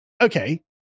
okay